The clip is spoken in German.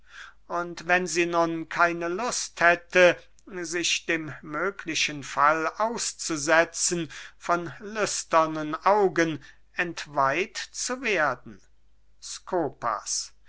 und wenn sie nun keine lust hätte sich dem möglichen fall auszusetzen von lüsternen augen entweiht zu werden skopas